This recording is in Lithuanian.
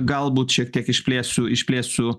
galbūt šiek tiek išplėsiu išplėsiu